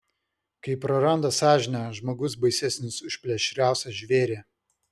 kai praranda sąžinę žmogus baisesnis už plėšriausią žvėrį